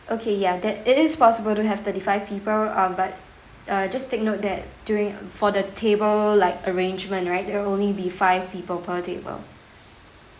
okay ya that it is possible to have thirty five people uh but uh just take note that during for the table like arrangement right there'll only be five people per table